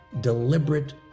deliberate